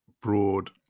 broad